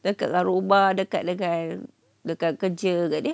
dekat dengan rumah dekat dengan dekat kerja agaknya